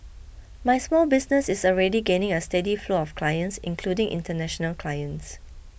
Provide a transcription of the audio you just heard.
my small business is already gaining a steady flow of clients including international clients